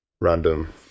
random